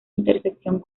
intersección